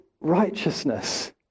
righteousness